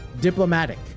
diplomatic